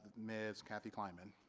ms. kathy kleiman